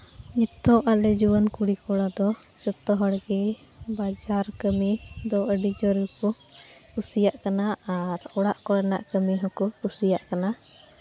ᱱᱤᱛᱳᱜ ᱟᱞᱮ ᱡᱩᱣᱟᱹᱱ ᱠᱩᱲᱤᱼᱠᱩᱲᱟ ᱫᱚ ᱡᱚᱛᱚ ᱦᱚᱲ ᱜᱮ ᱵᱟᱡᱟᱨ ᱠᱟᱹᱢᱤ ᱫᱚ ᱟᱹᱰᱤ ᱡᱳᱨ ᱠᱚ ᱠᱩᱥᱤᱭᱟᱜ ᱠᱟᱱᱟ ᱟᱨ ᱚᱲᱟᱜ ᱠᱚᱨᱮᱱᱟᱜ ᱠᱟᱹᱢᱤ ᱦᱚᱸ ᱠᱚ ᱠᱩᱥᱤᱭᱟᱜ ᱠᱟᱱᱟ